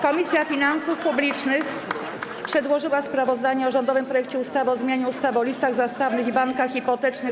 Komisja Finansów Publicznych przedłożyła sprawozdanie o rządowym projekcie ustawy o zmianie ustawy o listach zastawnych i bankach hipotecznych.